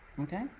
okay